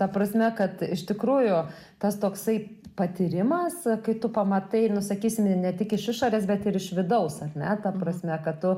ta prasme kad iš tikrųjų tas toksai patyrimas kai tu pamatai nu sakysim ne tik iš išorės bet ir iš vidaus ar ne ta prasme kad tu